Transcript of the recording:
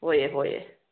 ꯍꯣꯏ ꯍꯣꯏ